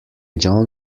john